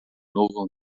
novo